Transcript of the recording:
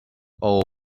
old